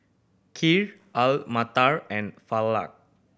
Kheer Alu Matar and Falafel